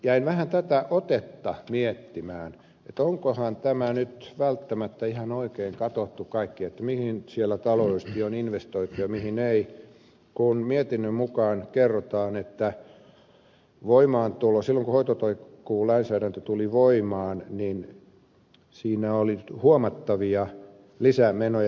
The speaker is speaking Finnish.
jäin vähän tätä otetta miettimään että onkohan tässä nyt välttämättä ihan oikein katsottu kaikki mihin siellä taloudellisesti on investoitu ja mihin ei kun mietinnön mukaan kerrotaan että silloin kun hoitotakuulainsäädäntö tuli voimaan siinä oli huomattavia lisämenoja